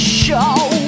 show